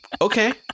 Okay